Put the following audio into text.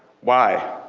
why?